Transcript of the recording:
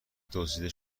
دزدیده